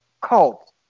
cult